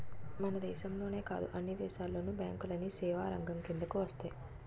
మన దేశంలోనే కాదు అన్ని దేశాల్లోను బ్యాంకులన్నీ సేవారంగం కిందకు వస్తాయి